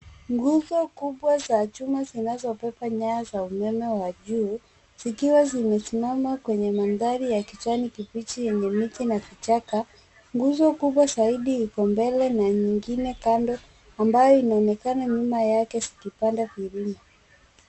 Nguzo kubwa za chuma zinazo beba nyaya za umeme wa juu zikiwa zimesimama kwenye mandhari ya kijani kibichi yenye miti na vichaka. Nguzo kubwa zaidi ziko mbele na nyingine kando ambayo inaonekana nyuma yake zikipanda milima.